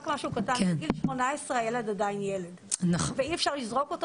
בגיל 18 הילד עדיין ילד ואי אפשר לזרוק אותו